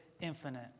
infinite